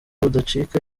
kudacika